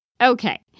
Okay